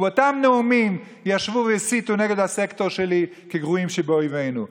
ובאותם נאומים ישבו והסיתו נגד הסקטור שלי כגרועים שבאויבנו.